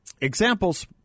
Examples